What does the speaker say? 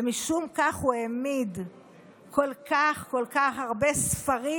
ומשום כך הוא העמיד כל כך כל כך הרבה ספרים,